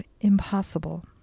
impossible